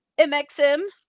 mxm